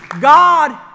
God